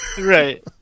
right